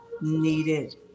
needed